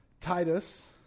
Titus